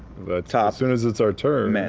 but ah soon as it's our turn. um and